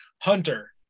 hunter